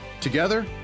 Together